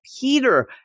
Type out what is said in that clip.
Peter